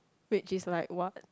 which is like what